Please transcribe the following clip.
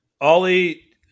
Ollie